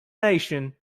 nation